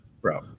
Bro